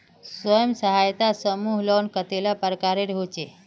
स्वयं सहायता समूह लोन कतेला प्रकारेर होचे?